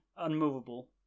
unmovable